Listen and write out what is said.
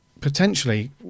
potentially